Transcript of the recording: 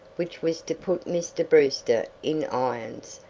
which was to put mr. brewster in irons,